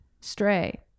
stray